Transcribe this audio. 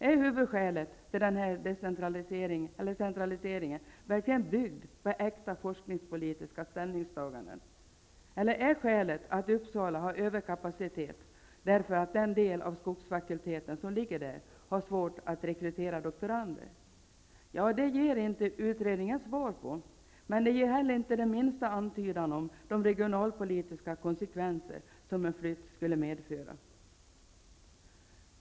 Är denna centralisering verkligen byggd på äkta forskningspolitiska ställningstaganden? Eller är skälet att Uppsala har överkapacitet därför att den del av skogsfakulteten som ligger där har svårt att rekrytera doktorander? Ja, det ger utredningen inte svar på. Men den ger inte heller minsta antydan om de regionalpolitiska konsekvenser som en flytt skulle få.